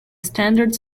standard